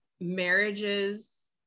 marriages